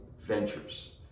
ventures